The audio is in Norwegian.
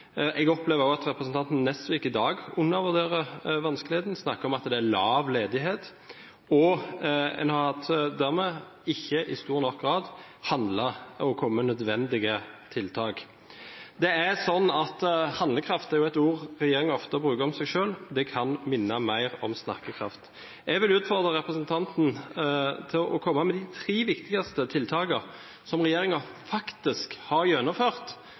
Jeg opplever også at representanten Nesvik i dag undervurderer vanskelighetene og snakker om at det er lav ledighet. En har dermed ikke i stor nok grad handlet og kommet med nødvendige tiltak. «Handlekraft» er jo et ord som regjeringen ofte bruker om seg selv – det kan minne mer om snakkekraft. Jeg vil utfordre representanten til å komme med de tre viktigste tiltakene som regjeringen faktisk har gjennomført